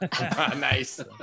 Nice